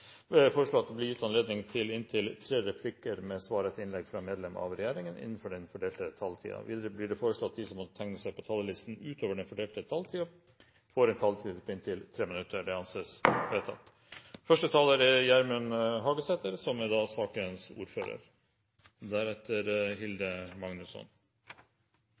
vil presidenten foreslå at det blir gitt anledning til inntil tre replikker med svar etter innlegg fra medlem av regjeringen innenfor den fordelte taletid. Videre vil presidenten foreslå at de som måtte tegne seg på talerlisten utover den fordelte taletid, får en taletid på inntil 3 minutter. – Det anses vedtatt. Som annonsert er det